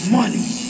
money